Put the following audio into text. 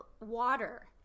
Water